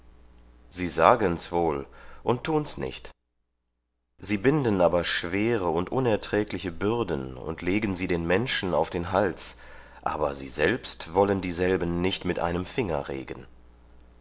sie sagen's wohl und tun's nicht sie binden aber schwere und unerträgliche bürden und legen sie den menschen auf den hals aber sie selbst wollen dieselben nicht mit einem finger regen